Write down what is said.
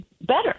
better